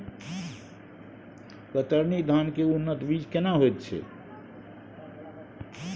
कतरनी धान के उन्नत बीज केना होयत छै?